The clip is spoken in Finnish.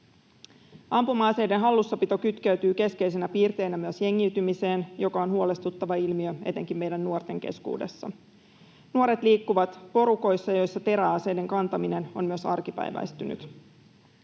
Ampuma-aseiden hallussapito kytkeytyy keskeisenä piirteenä myös jengiytymiseen, joka on huolestuttava ilmiö etenkin meidän nuorten keskuudessa. Nuoret liikkuvat porukoissa, joissa teräaseiden kantaminen on myös arkipäiväistynyt.